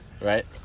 Right